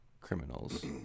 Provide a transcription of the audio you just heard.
criminals